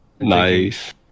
Nice